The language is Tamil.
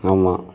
ஆமாம்